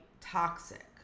toxic